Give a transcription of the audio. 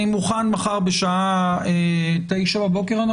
אני מוכן מחר בשעה 09:00 בבוקר.